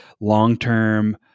long-term